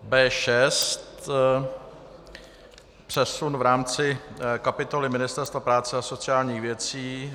B6 přesun v rámci kapitoly Ministerstva práce a sociálních věcí.